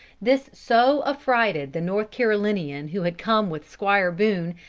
this so affrighted the north carolinian who had come with squire boone,